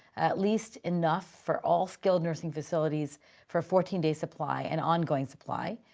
at least enough for all skilled nursing facilities for a fourteen day supply and ongoing supply.